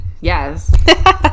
Yes